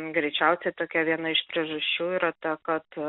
greičiausiai tokia viena iš priežasčių yra ta kad